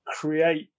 create